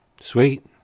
Sweet